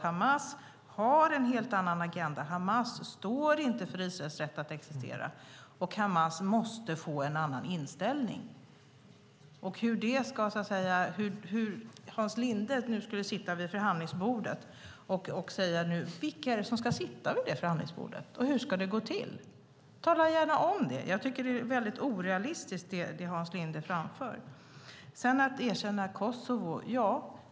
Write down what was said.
Hamas har en helt annan agenda. Hamas står inte för Israels rätt att existera, och Hamas måste få en annan inställning. Vilka ska sitta vid förhandlingsbordet, Hans Linde? Hur ska det gå till? Tala gärna om det. Det Hans Linde framför är orealistiskt. Sedan var det frågan om att erkänna Kosovo.